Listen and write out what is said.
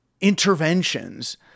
interventions